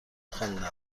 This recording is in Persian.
خواندم